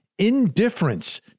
indifference